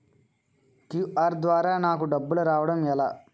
QR ద్వారా నాకు డబ్బులు రావడం ఎలా?